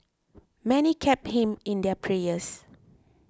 many kept him in their prayers